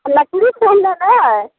नकली फोन तऽ नहि हय